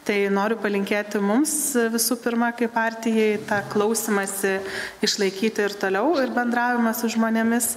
tai noriu palinkėti mums visų pirma kaip partijai tą klausymąsi išlaikyti ir toliau ir bendravimą su žmonėmis